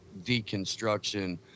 deconstruction